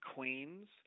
Queens